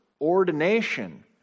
ordination